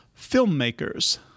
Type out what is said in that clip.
filmmakers